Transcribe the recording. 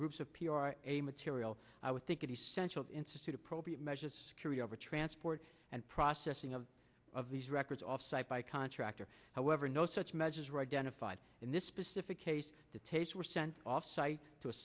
groups of p r a material i would think it essential insisted appropriate measures security over transport and processing of of these records offsite by contractor however no such measures were identified in this specific case the tapes were sent off site to a